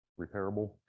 repairable